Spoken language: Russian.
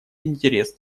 интерес